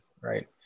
right